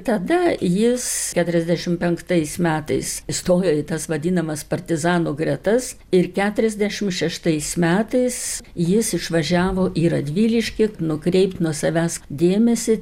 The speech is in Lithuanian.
tada jis keturiasdešim penktais metais įstojo į tas vadinamas partizanų gretas ir keturiasdešim šeštais metais jis išvažiavo į radviliškį nukreipt nuo savęs dėmesį